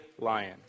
lion